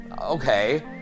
Okay